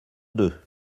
deux